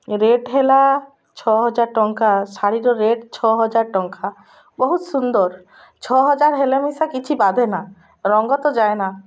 rate ହେଲା ଛଅ ହଜାର ଟଙ୍କା ଶାଢ଼ୀର ରେଟ୍ ଛଅ ହଜାର ଟଙ୍କା ବହୁତ ସୁନ୍ଦର ଛଅ ହଜାର ହେଲେ ମିଶା କିଛି ବାଧେନା ରଙ୍ଗ ତ ଯାଏନା